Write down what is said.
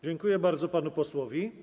Dziękuję bardzo panu posłowi.